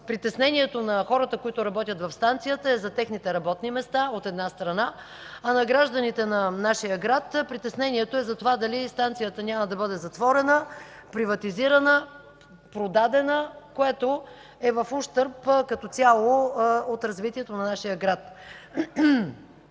притеснението на хората, които работят в станцията е за техните работни места, от една страна, а на гражданите на нашия град притеснението е за това дали станцията няма да бъде затворена, приватизирана, продадена, което е в ущърб като цяло от развитието на нашия град.